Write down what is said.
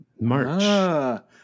March